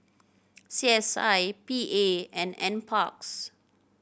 C S I P A and Nparks